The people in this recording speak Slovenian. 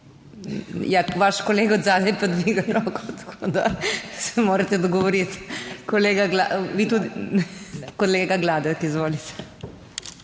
Ja, vaš kolega od zadaj pa dvigne roko, tako da se morate dogovoriti. Kolega, vi tudi